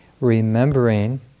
remembering